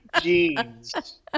jeans